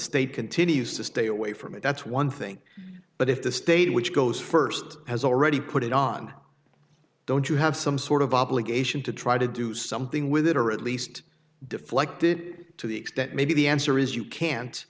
state continues to stay away from it that's one thing but if the state which goes st has already put it on don't you have some sort of obligation to try to do something with it or at least deflect it to the extent maybe the answer is you can't